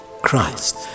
Christ